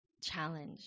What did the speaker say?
challenge